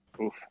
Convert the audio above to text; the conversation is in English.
Oof